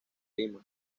lima